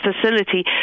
facility